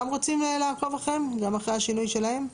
גם רוצים לעקוב אחרי השינוי שלהן?